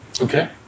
Okay